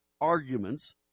arguments